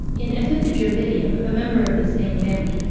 in ephippiger vitium, a member of this same family,